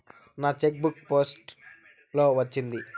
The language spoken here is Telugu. నా చెక్ బుక్ పోస్ట్ లో వచ్చింది